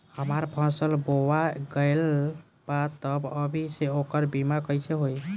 हमार फसल बोवा गएल बा तब अभी से ओकर बीमा कइसे होई?